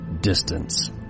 Distance